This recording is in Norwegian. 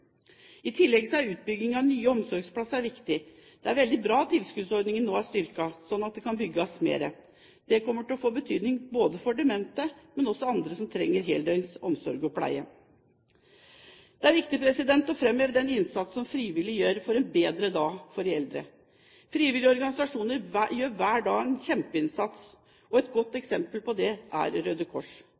I tillegg er utbyggingen av nye omsorgsplasser viktig. Det er veldig bra at tilskuddsordningen nå er styrket, slik at det kan bygges mer. Det kommer til å få betydning både for demente og andre som trenger heldøgns omsorg og pleie. Det er viktig å framheve den innsatsen frivillige gjør for en bedre dag for de eldre. Frivillige organisasjoner gjør hver dag en kjempeinnsats. Et godt eksempel på det er Røde Kors,